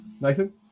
Nathan